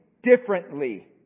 Differently